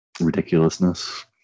ridiculousness